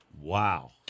Wow